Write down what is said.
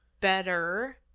better